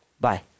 Bye